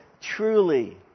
truly